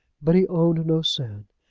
but he owned no sin!